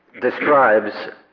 describes